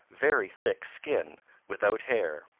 very thick skin without hair.